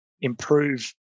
improve